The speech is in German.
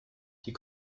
die